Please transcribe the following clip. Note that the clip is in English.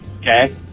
Okay